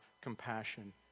compassion